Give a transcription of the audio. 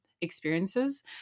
experiences